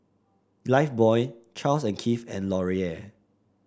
Lifebuoy Charles and Keith and Laurier